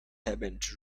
haven’t